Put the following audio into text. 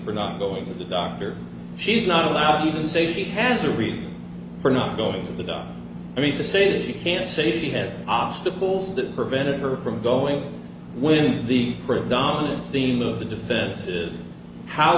for not going to the doctor she's not allowed to even say she has a reason for not going to die i mean to say that she can say she has obstacles that prevented her from going when the predominant theme of the defense is how